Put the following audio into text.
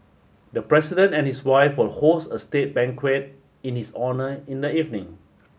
the president and his wife will host a state banquet in his honour in the evening